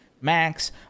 Max